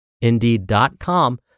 Indeed.com